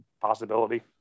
possibility